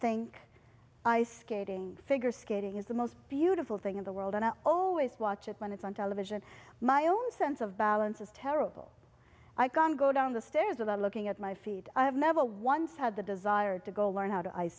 think ice skating figure skating is the most beautiful thing in the world and i always watch it when it's on television my own sense of balance is terrible i can go down the stairs without looking at my feet i have never once had the desire to go learn how to ice